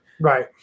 right